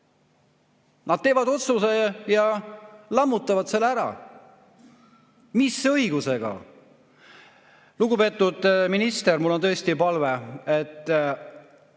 Nad teevad otsuse ja lammutavad selle ära. Mis õigusega? Lugupeetud minister! Mul on tõesti palve, palun